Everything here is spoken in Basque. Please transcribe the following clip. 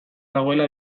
dagoela